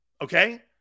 Okay